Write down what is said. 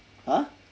!huh!